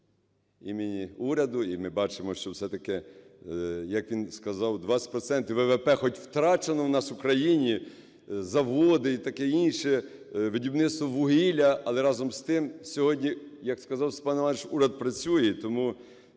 імені уряду. І ми бачимо, що все-таки, як він сказав, 20 процентів ВВП хоч втрачено, у нас в Україні заводи і таке інше, видобування вугілля, але разом з тим сьогодні, як сказав Степан Іванович, уряд працює. І тому